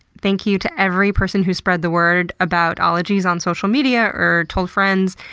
thank you to every person who spread the word about ologies on social media or told friends.